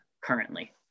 currently